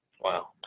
wow